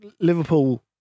Liverpool